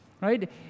right